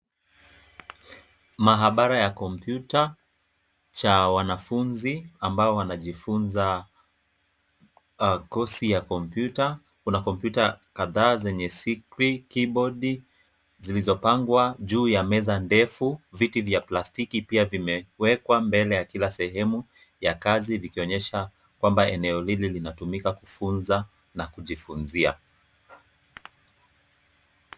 Mahabara ya kompyuta cha wanafunzi ambao wanajifunza kosi ya kompyuta kuna kompyuta kadhaa zenye sikwi, kibodi, zilizopangwa juu ya meza ndefu, viti vya plastiki pia vimewekwa mbele ya kila sehemu ya kazi vikionyesha kwamba eneo hili linatumika kufunza na kujifunzia.